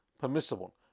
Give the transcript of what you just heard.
permissible